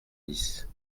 dix